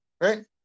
right